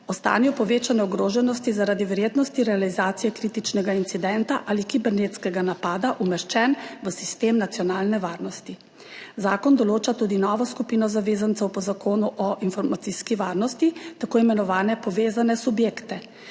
o stanju povečane ogroženosti zaradi verjetnosti realizacije kritičnega incidenta ali kibernetskega napada umeščen v sistem nacionalne varnosti. Zakon določa tudi novo skupino zavezancev po zakonu o informacijski varnosti, tako imenovane povezane subjekte.